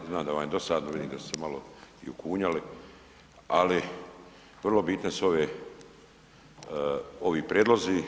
Znam da vam je dosadno, vidim da ste se malo i ukunjali ali vrlo bitne su ovi prijedlozi.